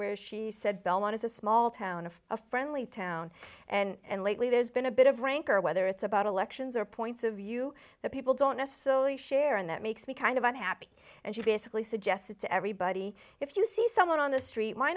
where she said belmont is a small town of a friendly town and lately there's been a bit of rancor whether it's about elections or points of view that people don't necessarily share and that makes me kind of unhappy and she basically suggested to everybody if you see someone on the street why